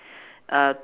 uh